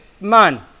man